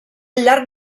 llarg